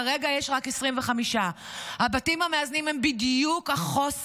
כרגע יש רק 25. הבתים המאזנים הם בדיוק החוסר,